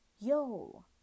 yo